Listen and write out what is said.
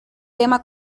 tema